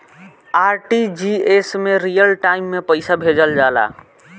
RTGS में real time में पइसा भेजल जाला